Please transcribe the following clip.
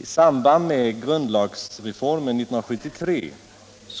I samband med grundlagsreformen 1973